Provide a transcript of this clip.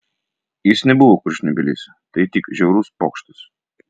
jis nebuvo kurčnebylis tai tik žiaurus pokštas